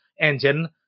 engine